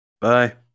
Bye